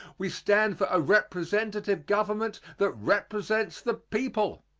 we stand for a representative government that represents the people.